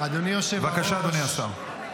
בבקשה, אדוני השר.